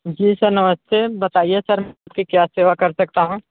जी sir नमस्ते बताइए sir मैं आपकी क्या सेवा कर सकता हूँ